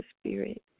spirit